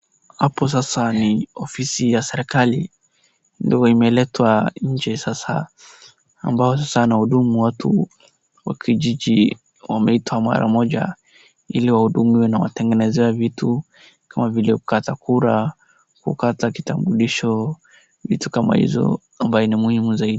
Hapo sasa ni ofisi ya serikali, ndo imeletwa nje sasa ambao sasa anahudumu watu wa kijiji wameitwa mara moja ili wahudumiwe na watengenezewe vitu kama vile kukata kura, kukata kitambulisho, vitu kama izo ambayo ni muhimu zaidi.